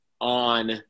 on